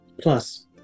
Plus